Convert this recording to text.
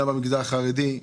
גם במגזר החרדי,